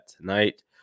tonight